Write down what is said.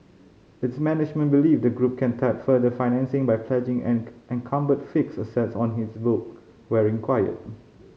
its management believe the group can tap further financing by pledging encumbered fixed assets on his book where required